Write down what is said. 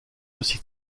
aussi